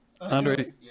Andre